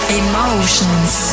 emotions